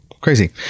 crazy